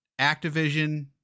Activision